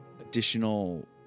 additional